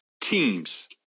teams